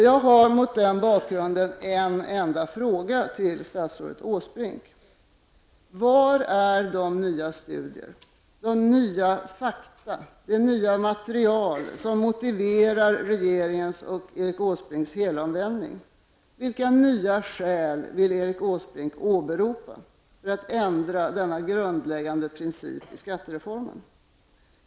Jag har mot den bakgrunden en enda fråga till statsrådet Åsbrink: Var är de nya studier, de nya fakta, det nya material, som motiverar regeringens och Erik Åsbrinks helomvändning? Vilka nya skäl vill Erik Åsbrink åberopa för att ändra en grundläggande princip i skattereformen?